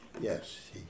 Yes